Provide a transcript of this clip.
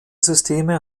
systeme